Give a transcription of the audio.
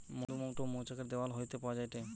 মধুমোম টো মৌচাক এর দেওয়াল হইতে পাওয়া যায়টে